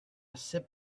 sip